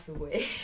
away